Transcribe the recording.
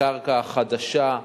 הקרקע החדשה חינם.